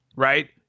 Right